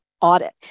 audit